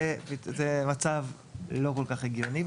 זה מצב שהוא לא כל-כך הגיוני,